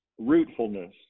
rootfulness